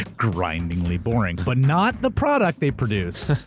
grindingly boring, but not the product they produce.